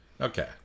Okay